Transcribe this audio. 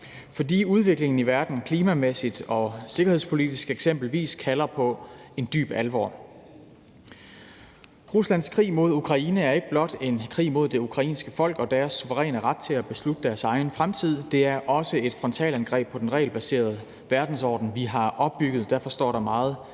fordi udviklingen i verden, eksempelvis klimamæssigt og sikkerhedspolitisk, kalder på dyb alvor. Ruslands krig mod Ukraine er ikke blot en krig mod det ukrainske folk og deres suveræne ret til at beslutte deres egen fremtid, det er også et frontalt angreb på den regelbaserede verdensorden, vi har opbygget, og derfor står der meget